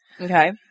Okay